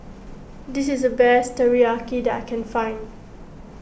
this is the best Teriyaki that I can find